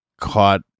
caught